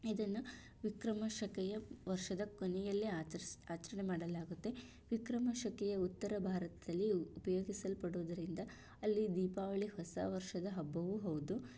ಇದನ್ನ ವಿಕ್ರಮ ಶಕೆಯ ವರ್ಷದ ಕೊನೆಯಲ್ಲಿ ಆಚರಿಸಿ ಆಚರಣೆ ಮಾಡಲಾಗುತ್ತೆ ವಿಕ್ರಮ ಶಕೆಯ ಉತ್ತರ ಭಾರತದಲ್ಲಿ ಉಪಯೋಗಿಸ್ಪಡುವುದರಿಂದ ಅಲ್ಲಿ ದೀಪಾವಳಿ ಹೊಸ ವರ್ಷದ ಹಬ್ಬವೂ ಹೌದು